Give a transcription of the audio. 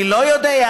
אני לא יודע.